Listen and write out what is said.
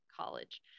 College